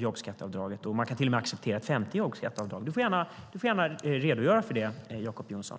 jobbskatteavdraget och att man till och med kan acceptera ett femte jobbskatteavdrag. Du får gärna redogöra för det, Jacob Johnson.